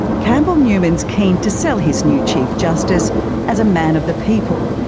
campbell newman's keen to sell his new chief justice as a man of the people,